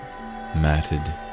matted